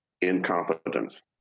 incompetence